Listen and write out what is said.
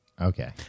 Okay